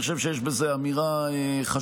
אני חושב שיש בזה אמירה חשובה.